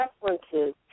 references